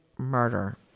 murder